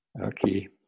okay